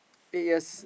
eight years